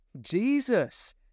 Jesus